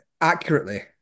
accurately